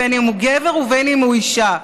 בין שהוא גבר ובין שהוא אישה,